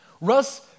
russ